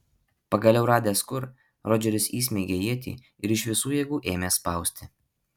pagaliau radęs kur rodžeris įsmeigė ietį ir iš visų jėgų ėmė spausti